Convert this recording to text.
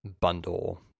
bundle